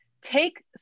take